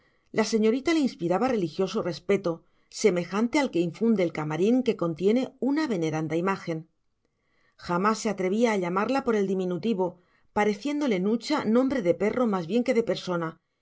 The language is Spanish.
la señorita le inspiraba religioso respeto semejante al que infunde el camarín que contiene una veneranda imagen jamás se atrevía a llamarla por el diminutivo pareciéndole nucha nombre de perro más bien que de persona